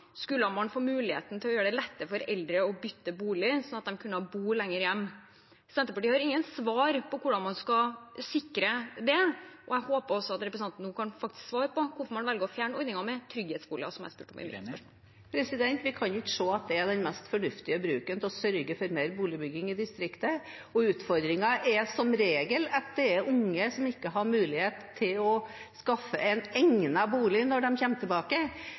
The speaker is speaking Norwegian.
skulle man få muligheten til å gjøre det lettere for eldre å bytte bolig, slik at de kunne bo lenger hjemme. Senterpartiet har ingen svar på hvordan man skal sikre det. Jeg håper at representanten kan svare på hvorfor man velger å fjerne ordningen med trygghetsboliger, som jeg spurte om. Vi kan ikke se at det er den mest fornuftige bruken for å sørge for mer boligbygging i distriktet. Utfordringen er som regel at det er unge som ikke har mulighet til å skaffe en egnet bolig når de kommer tilbake.